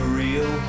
real